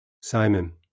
Simon